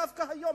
דווקא היום,